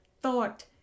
thought